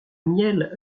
miel